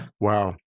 Wow